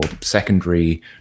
secondary